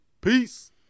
Peace